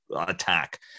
attack